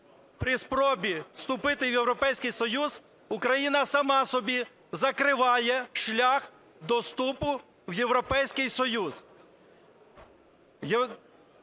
при спробі вступити в Європейський Союз, Україна сама собі закриває шлях до вступу в Європейський Союз.